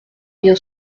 bien